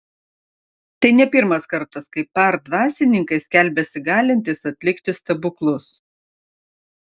tai ne pirmas kartas kai par dvasininkai skelbiasi galintys atlikti stebuklus